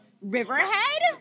Riverhead